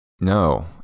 No